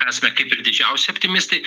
esame kaip ir didžiausi optimistai